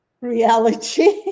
reality